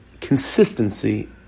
Consistency